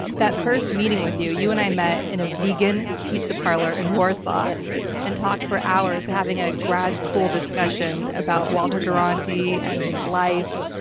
that first meeting with you, you and i met in a vegan pizza parlor in warsaw warsaw and talked for hours, having a grad school discussion about walter duranty and his life.